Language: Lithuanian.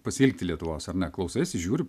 pasiilgti lietuvos ar ne klausaisi žiūri